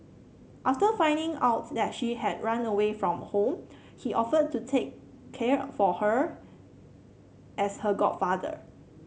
after finding out that she had run away from home he offered to take care for her as her godfather